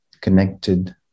connected